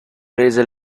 prese